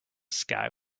sky